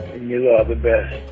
you are the best